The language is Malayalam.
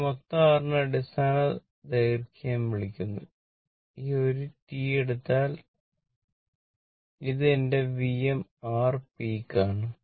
ഈ മൊത്തം r നെ അടിസ്ഥാന ദൈർഘ്യം വിളിക്കുന്നു ഈ ഒരു T എടുത്താൽ ഇത് എന്റെ Vm rpeak ആണ്